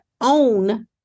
own